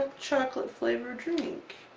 chocolate flavor drink.